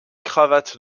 cravate